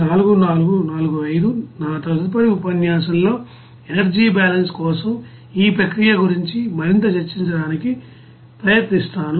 నా తదుపరి ఉపన్యాసంలో ఎనర్జీబాలన్స్ కోసం ఈ ప్రక్రియ గురించి మరింత చర్చించడానికి ప్రయత్నిస్తాను